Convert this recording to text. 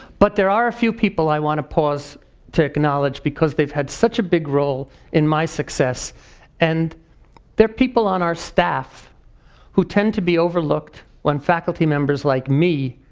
but there are a few people i want to pause to acknowledge because they've had such a big role in my success and they're people on our staff who tend to be overlooked when faculty members, like me,